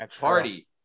party